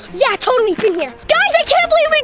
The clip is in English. yeah totally here! guy's i can't believe like